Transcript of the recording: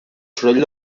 soroll